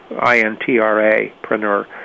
I-N-T-R-A-preneur